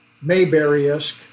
Mayberry-esque